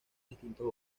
distintos